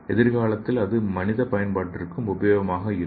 எதிர்காலத்தில் இது மனித பயன்பாட்டிற்கும் உபயோகமாக இருக்கும்